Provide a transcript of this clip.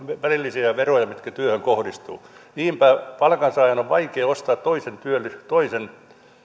välillisiä veroja mitkä työhön kohdistuvat niinpä palkansaajan on on vaikea ostaa toisen